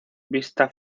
vista